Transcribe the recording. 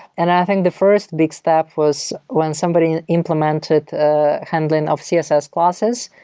and i think the first big step was when somebody implemented ah handling of css classes,